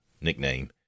nickname